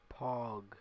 Pog